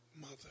Mother